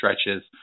stretches